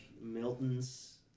Milton's